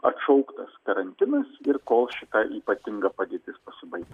atšauktas karantinas ir kol šita ypatinga padėtis pasibaigs